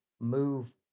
move